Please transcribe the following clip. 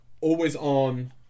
always-on